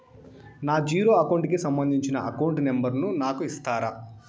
నా zero account కి సంబంధించి అకౌంట్ నెంబర్ ను నాకు ఇస్తారా